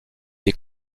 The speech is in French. est